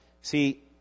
See